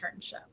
internship